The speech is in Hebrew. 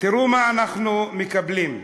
תראו מה אנחנו מקבלים.